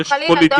לא, חלילה.